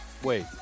wait